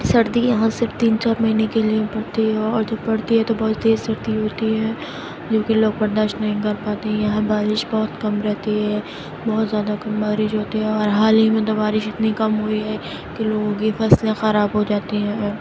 سردی یہاں صرف تین چار مہینے کے لیے پڑتی ہے اور جب پڑتی ہے تو بہت تیز سردی پڑتی ہے جوکہ لوگ برداشت نہیں کر پاتے یہاں بارش بہت کم رہتی ہے بہت زیادہ بارش ہوتی ہے اور حال ہی میں تو بارش اتنی کم ہوئی ہے کہ لوگوں کی فصلیں خراب ہو جاتی ہیں